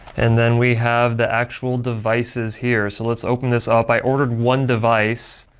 and then we have the actual devices here so let's open this up, i ordered one device,